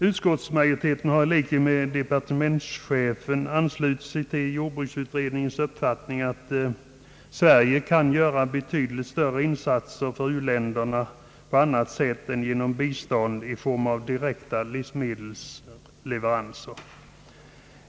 Utskottsmajoriteten har i likhet med departementschefen anslutit sig = till jordbruksutredningens uppfattning att Sverige kan göra betydligt större insatser för u-länderna på annat sätt än genom bistånd i form av direkta livsmedelsleveranser.